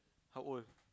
how old